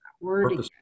wording